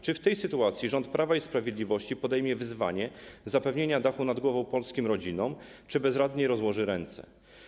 Czy w tej sytuacji rząd Prawa i Sprawiedliwości podejmie wyzwanie zapewnienia dachu nad głową polskim rodzinom, czy bezradnie rozłoży ręce?